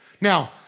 Now